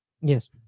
yes